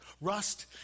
rust